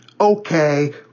Okay